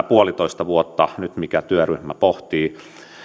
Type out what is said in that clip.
puolitoista vuotta mitä nyt työryhmä pohtii